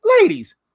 ladies